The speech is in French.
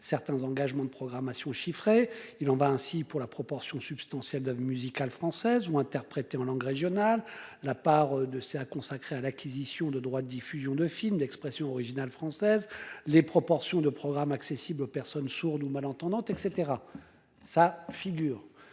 certains engagements chiffrés de programmation. Il en est ainsi de la proportion substantielle d'oeuvres musicales françaises ou interprétées en langues régionales, de la part des ressources consacrées à l'acquisition de droits de diffusion de films d'expression originale française, des proportions de programmes accessibles aux personnes sourdes ou malentendantes, etc. En